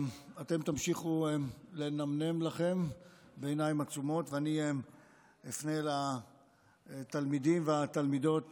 אתם תמשיכו לנמנם לכם בעיניים עצומות ואני אפנה לתלמידים ולתלמידות